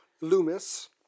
Loomis